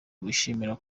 wishimira